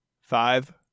five